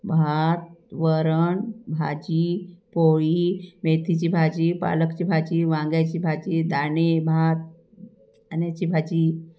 भात वरण भाजी पोळी मेथीची भाजी पालकची भाजी वांग्याची भाजी दाणे भात अन्याची भाजी